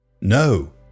No